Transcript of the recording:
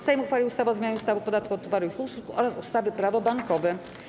Sejm uchwalił ustawę o zmianie ustawy o podatku od towarów i usług oraz ustawy - Prawo bankowe.